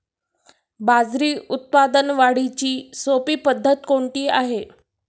बाजरी उत्पादन वाढीची सोपी पद्धत कोणती आहे?